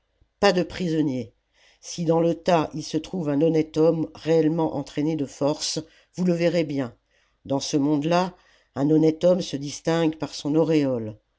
pas de prisonniers si dans le tas il se trouve un honnête homme réellement entraîné de force vous le verrez bien dans ce monde-là un honnête homme se distingue par son auréole